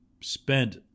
spent